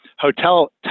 hotel